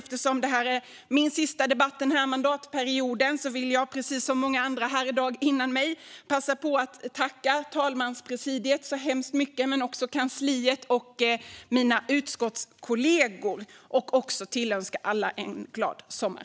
Eftersom detta är min sista debatt denna mandatperiod vill jag, precis som så många andra i dag, passa på att tacka talmanspresidiet, kansliet och mina utskottskollegor. Jag tillönskar alla en glad sommar.